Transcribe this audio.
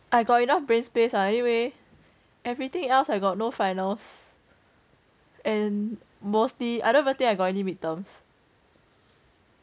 I got enough brain space lah anyway everything else I got no finals and mostly I don't even think I got any midterms